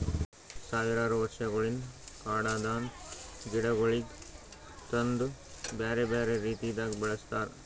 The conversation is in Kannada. ಸಾವಿರಾರು ವರ್ಷಗೊಳಿಂದ್ ಕಾಡದಾಂದ್ ಗಿಡಗೊಳಿಗ್ ತಂದು ಬ್ಯಾರೆ ಬ್ಯಾರೆ ರೀತಿದಾಗ್ ಬೆಳಸ್ತಾರ್